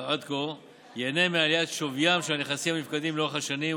עד כה ייהנה מעליית שוויים של הנכסים הנפקדים לאורך השנים,